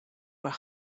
were